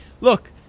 look